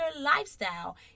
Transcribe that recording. lifestyle